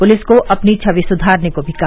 police को अपनी छवि सुधारने को भी कहा